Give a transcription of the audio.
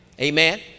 Amen